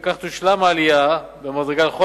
ובכך תושלם העלייה במדרגה לכל הילדים.